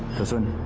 isn't